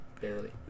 Barely